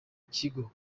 kigo